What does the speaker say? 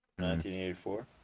1984